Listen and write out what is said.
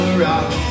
rock